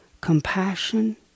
compassion